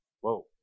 Whoa